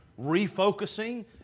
refocusing